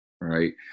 Right